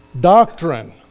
Doctrine